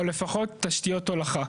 או לפחות תשתיות הולכה.